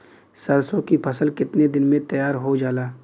सरसों की फसल कितने दिन में तैयार हो जाला?